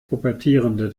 pubertierende